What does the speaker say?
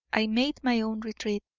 i made my own retreat,